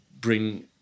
bring